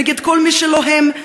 נגד כל מי שהוא לא הם,